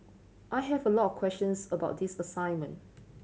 I have a lot of questions about this assignment